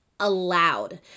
allowed